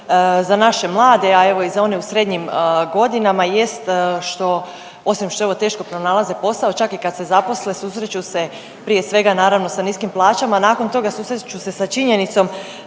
za naše mlade, a evo i za one u srednjim godinama jest što, osim što evo teško pronalaze posao, čak i kad se zaposle susreću se prije svega naravno sa niskim plaćama, nakon toga susreću se sa činjenicom